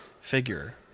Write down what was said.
figure